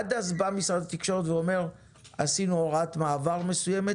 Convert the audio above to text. עד אז בא משרד התקשורת ואומר שעשינו הוראת מעבר מסוימת